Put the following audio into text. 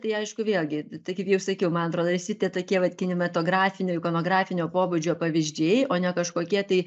tai aišku vėlgi tai kaip jau sakiau man atrodo visi tie tokie vat kinematografinio ikonografinio pobūdžio pavyzdžiai o ne kažkokie tai